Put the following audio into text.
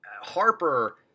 Harper